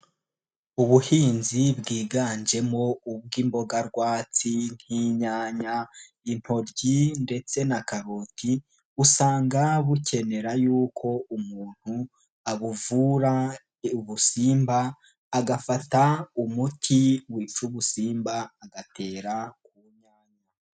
Ubuhinzi bwiganjemo ubw'imboga rwatsi nk'inyanya, intoryi ndetse na kaboti usanga bukenera yuko umuntu abuvura ubusimba agafata umuti wica ubusimba agatera ku nyanya.